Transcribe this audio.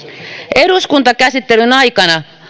eduskuntakäsittelyn aikana